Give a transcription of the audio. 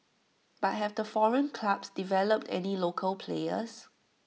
but have the foreign clubs developed any local players